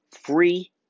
free